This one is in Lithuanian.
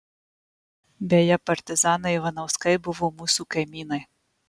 beje partizanai ivanauskai buvo mūsų kaimynai